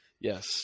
Yes